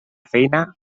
feina